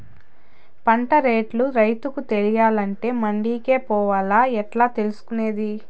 పంట రేట్లు రైతుకు తెలియాలంటే మండి కే పోవాలా? ఎట్లా తెలుసుకొనేది?